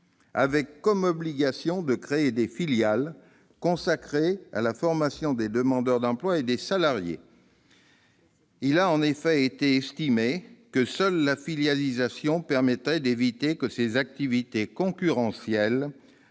avec l'obligation de créer des filiales consacrées à la formation des demandeurs d'emploi et des salariés. Il a en effet été estimé que seule la filialisation permettrait d'éviter que ces activités concurrentielles